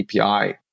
API